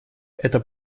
это